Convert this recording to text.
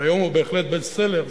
שהיום הוא בהחלט בסט-סלר,